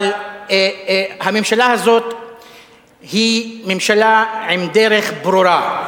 אבל הממשלה הזאת היא ממשלה עם דרך ברורה,